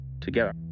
Together